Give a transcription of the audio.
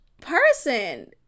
person